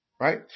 Right